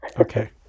Okay